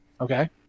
okay